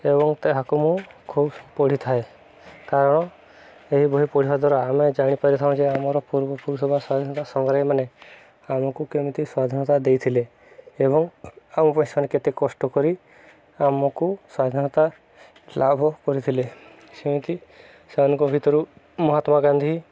ଏବଂ ତାକୁ ମୁଁ ଖୁବ ପଢ଼ିଥାଏ କାରଣ ଏହି ବହି ପଢ଼ିବା ଦ୍ୱାରା ଆମେ ଜାଣିପାରିଥାଉଁ ଯେ ଆମର ପୂର୍ବପୁରୁଷ ବା ସ୍ୱାଧୀନତା ସାଂଗ୍ରାମୀମାନେ ଆମକୁ କେମିତି ସ୍ୱାଧୀନତା ଦେଇଥିଲେ ଏବଂ ଆମ ପାଇଁ ସେମାନେ କେତେ କଷ୍ଟ କରି ଆମକୁ ସ୍ୱାଧୀନତା ଲାଭ କରିଥିଲେ ସେମିତି ସେମାନଙ୍କ ଭିତରୁ ମହାତ୍ମା ଗାନ୍ଧୀ